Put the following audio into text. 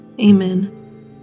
Amen